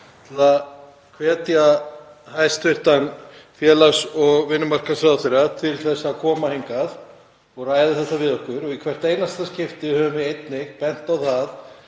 til að hvetja hæstv. félags- og vinnumarkaðsráðherra til að koma hingað og ræða þetta við okkur. Í hvert einasta skipti höfum við einnig bent á það